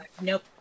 Nope